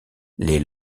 les